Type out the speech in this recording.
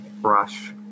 brush